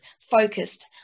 focused